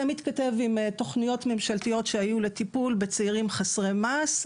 זה מתכתב עם תוכניות ממשלתיות שהיו לטיפול בצעירים חסרי מעש.